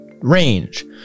Range